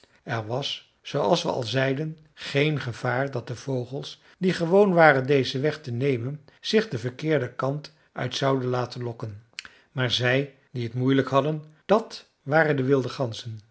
er was zooals we al zeiden geen gevaar dat de vogels die gewoon waren dezen weg te nemen zich den verkeerden kant uit zouden laten lokken maar zij die t moeilijk hadden dàt waren de wilde ganzen